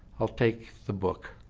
i'll take the book.